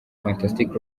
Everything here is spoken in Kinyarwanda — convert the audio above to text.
fantastic